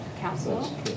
Council